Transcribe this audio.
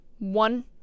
one